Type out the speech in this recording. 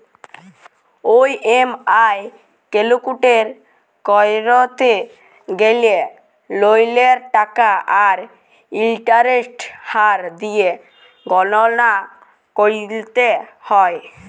EMI calculate ক্যরতে গ্যালে ললের টাকা আর ইলটারেস্টের হার দিঁয়ে গললা ক্যরতে হ্যয়